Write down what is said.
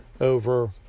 over